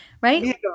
right